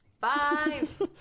five